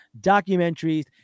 documentaries